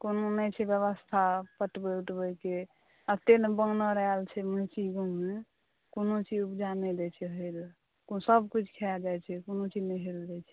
कोनो नहि छै व्यवस्था पटबै उटबैके एते ने वानर आएल छै कोनो चीज उपजा नहि दै छै होइला ओ सभ किछु खा जाइ छै